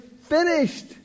finished